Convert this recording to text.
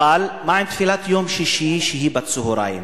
אבל מה עם תפילת יום שישי, שהיא בצהריים?